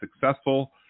successful